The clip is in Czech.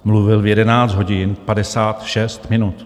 Mluvil v 11 hodin 56 minut.